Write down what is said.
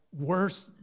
worse